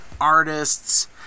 artists